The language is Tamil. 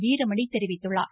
வீரமணி தெரிவித்துள்ளார்